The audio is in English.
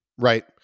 Right